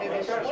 אם כך,